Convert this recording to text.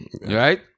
Right